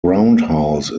roundhouse